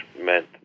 meant